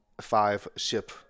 five-ship